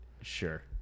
sure